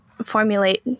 formulate